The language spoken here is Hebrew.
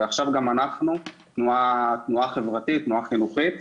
ועכשיו גם אנחנו - תנועה חברתית חינוכית.